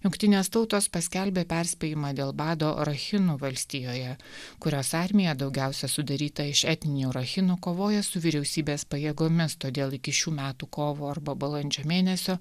jungtinės tautos paskelbė perspėjimą dėl bado rachinų valstijoje kurios armija daugiausia sudaryta iš etninių rachinų kovoja su vyriausybės pajėgomis todėl iki šių metų kovo arba balandžio mėnesio